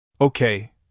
Okay